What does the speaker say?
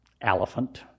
elephant